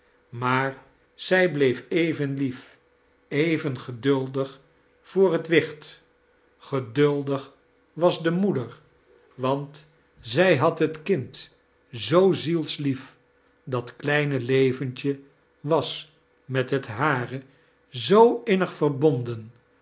maar zij bleef even lief oven getlnldig voor kerstvert ellin gen het wicht geduldig was de moeder want zij had het kind zoo zielslief dat klieine leventje was met liet hare zoo innig verbonden